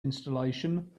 installation